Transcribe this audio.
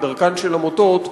כדרכן של עמותות,